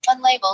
Unlabeled